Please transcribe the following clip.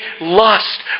lust